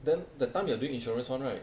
then that time you are doing insurance [one] right